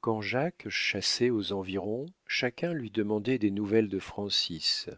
quand jacques chassait aux environs chacun lui demandait des nouvelles de francis